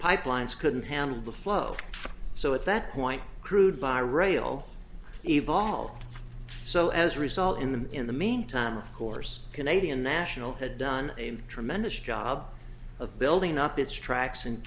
pipelines couldn't handle the flow so at that point crude by rail evolved so as a result in the in the meantime of course canadian national had done a tremendous job of building up its tracks